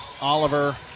Oliver